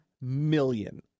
million